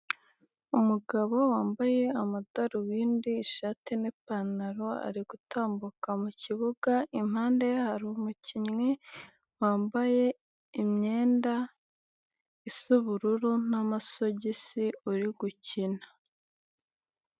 Umugabo wambaye amadarubindi ishati n'ipantaro ari gutambuka mu kibuga, impande ye hari umukinnyi wambaye imyenda isa ubururu n'amasogisi uri gukina.